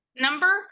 Number